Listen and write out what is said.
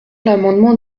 l’amendement